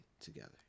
together